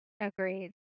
Agreed